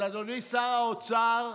אז אדוני שר האוצר,